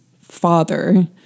father